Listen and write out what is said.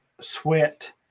Sweat